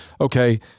okay